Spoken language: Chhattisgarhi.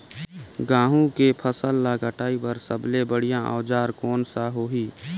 गहूं के फसल ला कटाई बार सबले बढ़िया औजार कोन सा होही?